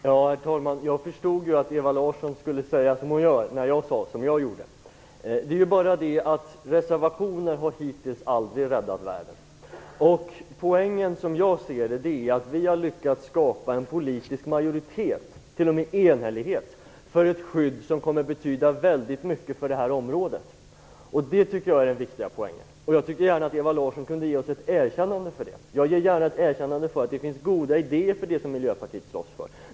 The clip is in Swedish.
Herr talman! Jag förstod att Ewa Larsson skulle säga som hon gjorde, när jag sade som jag gjorde. Det är bara det att reservationer har hittills aldrig räddat världen. Som jag ser det är poängen att vi har lyckats skapa en politisk majoritet, t.o.m. enhällighet, för ett skydd som kommer att betyda väldigt mycket för det här området. Det tycker jag är det viktiga. Ewa Larsson kunde gärna ge oss ett erkännande för det, tycker jag. Jag ger gärna ett erkännande för att det finns goda idéer i det som Miljöpartiet slåss för.